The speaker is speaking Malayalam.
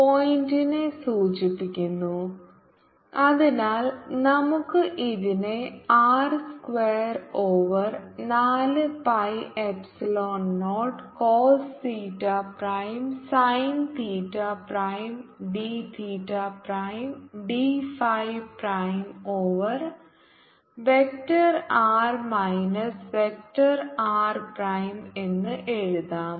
Vr 14π0 r RR2sinddϕ 14π0 cosθr RR2sinddϕR24π0 cosθr Rsinddϕ r30 cosθ for r≤RR330 cosθr2 for r≥R അതിനാൽ നമുക്ക് ഇതിനെ R സ്ക്വയർ ഓവർ നാല് pi epsilon naught cos theta prime sine theta prime d theta prime d phi prime on vector R minus vector R prime എന്ന് എഴുതാം